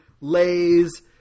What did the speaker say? lays